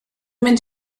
mynd